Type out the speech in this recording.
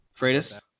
freitas